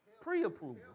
Pre-approval